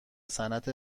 صنعت